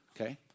Okay